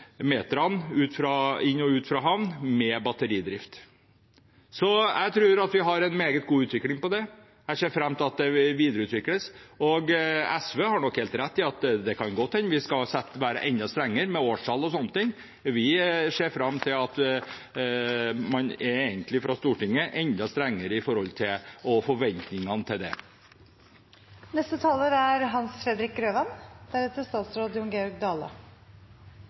inn og ut fra havn med batteridrift. Jeg tror det vil være en meget god utvikling innenfor dette. Jeg ser fram til at det skal videreutvikles. SV har nok helt rett i at det kan godt hende at vi skal være enda strengere med årstall og slikt. Vi ser fram til at man fra Stortingets side vil være enda strengere når det gjelder å ha forventninger til det. Lovgivningen som regulerer trafikken på sjøen, skal bidra til